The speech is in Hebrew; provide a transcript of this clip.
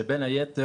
שבין היתר,